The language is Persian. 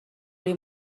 روی